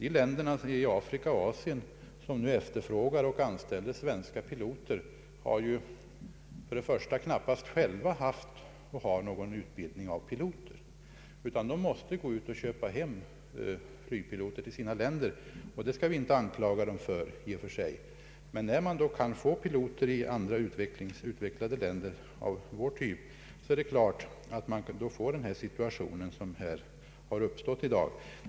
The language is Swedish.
De länder i Afrika och Asien som nu efterfrågar och anställer svenska piloter varken har eller har haft utbildning av piloter, utan de måste gå ut och köpa hem sådana till sitt flyg, och det skall vi inte klandra dem för. När man sålunda kan rekrytera piloter i andra utvecklade länder av Sveriges typ är det klart att det uppstår en sådan situation som vi i dag har.